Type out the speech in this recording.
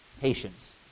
patience